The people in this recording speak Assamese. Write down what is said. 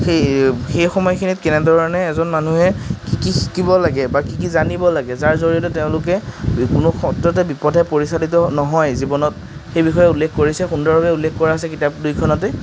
সেই সেই সময়খিনিত কেনেধৰণে এজন মানুহে কি কি শিকিব লাগে বা কি কি জানিব লাগে যাৰ জৰিয়তে তেওঁলোকে কোনো বিপথে পৰিচালিত নহয় জীৱনত সেইবিষয়ে উল্লেখ কৰিছে সুন্দৰভাৱে উল্লেখ কৰা হৈছে কিতাপ দুয়োখনতেই